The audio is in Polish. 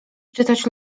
czytać